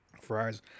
Fries